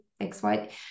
XY